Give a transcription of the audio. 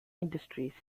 industries